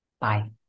bye